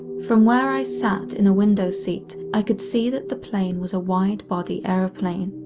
from where i sat in a window seat, i could see that the plane was a wide-body airplane.